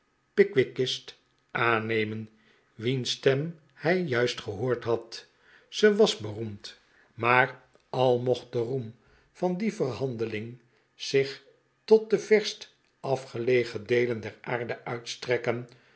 pickwickist aannemen wieris stem hij juist gehoord had ze was beroemdj maar al mocht de roem van die verhandeling zich tot de verst afgelegen deelen der aarde uitstrekken